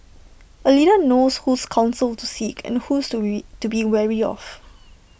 A leader knows whose counsel to seek and whose to be wary of